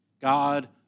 God